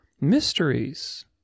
mysteries